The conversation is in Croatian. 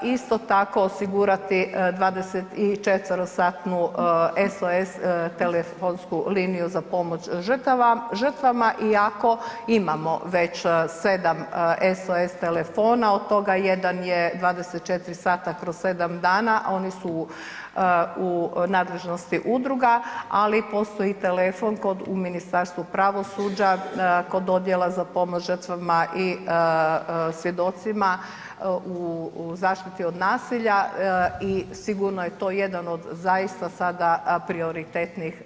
Isto tako, osigurati 24-satnu SOS telefonsku liniju za pomoć žrtvama iako imamo već 7 SOS telefona, od toga, jedan je 24 sata kroz 7 dana, a oni su u nadležnosti udruga, ali postoji telefon u Ministarstvu pravosuđa kod dodjela za pomoć žrtvama i svjedocima u zaštiti od nasilja i sigurno je to jedan od zaista sada aprioritetnih zadataka.